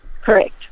correct